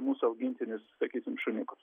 mūsų augintinis sakysim šuniukus